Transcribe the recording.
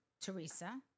Teresa